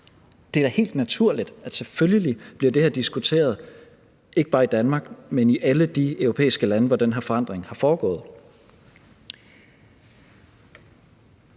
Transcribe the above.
Det er da helt naturligt, at selvfølgelig bliver det her diskuteret, ikke bare i Danmark, men i alle de europæiske lande, hvor den her forandring er foregået.